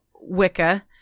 Wicca